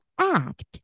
act